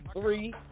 three